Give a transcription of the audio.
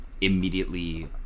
immediately